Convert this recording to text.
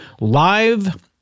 live